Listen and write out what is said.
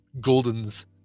Golden's